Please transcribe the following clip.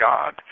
God